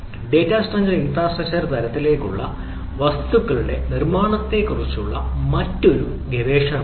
data centre അല്ലെങ്കിൽ infrastructure തരത്തിലുള്ള വസ്തുക്കളുടെ നിർമ്മാണത്തെക്കുറിച്ചുള്ള മറ്റൊരു ഗവേഷണമാണിത്